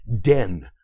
den